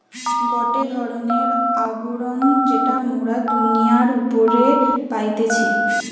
গটে ধরণের আবরণ যেটা মোরা দুনিয়ার উপরে পাইতেছি